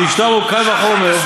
"באשתו, אמרו,